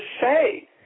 say